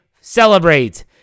celebrate